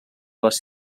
les